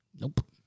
Nope